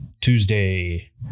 tuesday